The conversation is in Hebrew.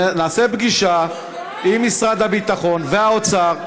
נעשה פגישה, יואל, עם משרד הביטחון והאוצר,